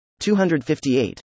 258